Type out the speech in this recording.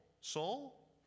soul